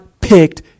picked